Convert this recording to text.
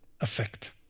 effect